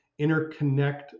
interconnect